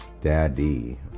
Daddy